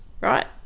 right